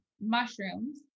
mushrooms